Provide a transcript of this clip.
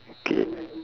okay